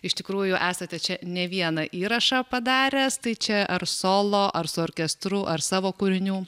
iš tikrųjų esate čia ne vieną įrašą padaręs tai čia ar solo ar su orkestru ar savo kūrinių